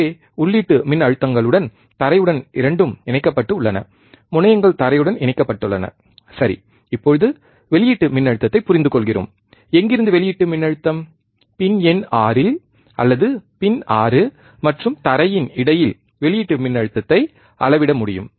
எனவே உள்ளீட்டு மின்னழுத்தங்களுடன் தரை உடன் இரண்டும் இணைக்கப்பட்டு உள்ளன முனையங்கள் தரையுடன் இணைக்கப்பட்டுள்ளன சரி இப்போது வெளியீட்டு மின்னழுத்தத்தை புரிந்துகொள்கிறோம் எங்கிருந்து வெளியீட்டு மின்னழுத்தம் பின் எண் 6 இல் அல்லது பின் 6 மற்றும் தரையின் இடையில் வெளியீட்டு மின்னழுத்தத்தை அளவிட முடியும்